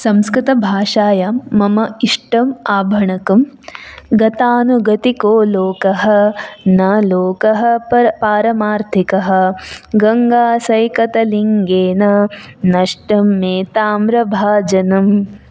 संस्कृतभाषायां मम इष्टम् आभाणकं गतानुगतिको लोकः न लोकः प पारमार्थिकः गङ्गासैकतलिङ्गेन नष्टं मेताम्रभाजनं